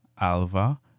Alva